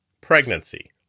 Pregnancy